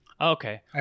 Okay